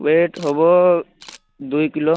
wait ହେବ ଦୁଇ kilo